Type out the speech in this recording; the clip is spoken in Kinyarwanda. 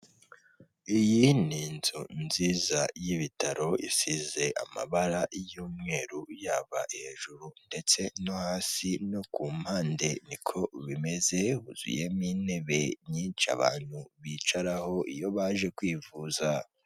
Iyi ni inzu nziza y'ibitaro isize amabara y'umweru yaba hejuru ndetse no hasi no ku mpande niko bimeze huzuyemo intebe nyinshi abantu bicaraho iyo baje kwivuza .